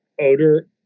odor